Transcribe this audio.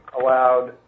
allowed